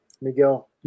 Miguel